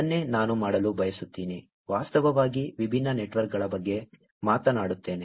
ಅದನ್ನೇ ನಾನು ಮಾಡಲು ಬಯಸುತ್ತೇನೆ ವಾಸ್ತವವಾಗಿ ವಿಭಿನ್ನ ನೆಟ್ವರ್ಕ್ಗಳ ಬಗ್ಗೆ ಮಾತನಾಡುತ್ತೇನೆ